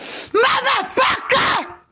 Motherfucker